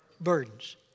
Burdens